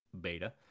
beta